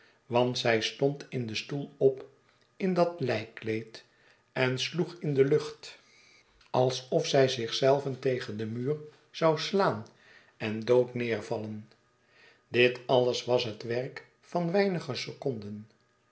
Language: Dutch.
want zij stond in den stoel op in dat lijkkleed en sloeg in de lucht alsof zij zich zelve tegen den muur zou slaan en dood neervallen dit alles was het werk van weinige seconden